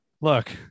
look